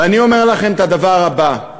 ואני אומר לכם את הדבר הבא: